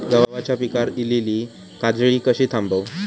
गव्हाच्या पिकार इलीली काजळी कशी थांबव?